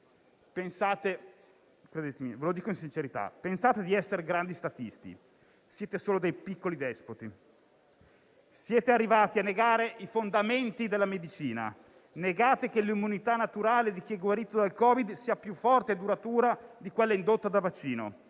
Pensate di essere grandi statisti, ma siete solo dei piccoli despoti. Siete arrivati a negare i fondamenti della medicina. Negate che l'immunità naturale di chi è guarito dal Covid-19 sia più forte e duratura di quella indotta da vaccino.